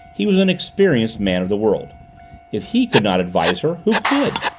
he was an experienced man of the world if he could not advise her, who could?